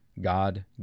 God